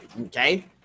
okay